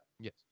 yes